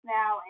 now